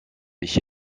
ich